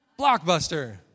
Blockbuster